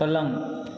पलङ्ग